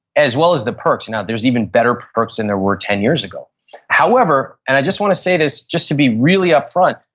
as well as the perks now there's even better perks than there were ten years ago however, and i just want to say this just to be really upfront,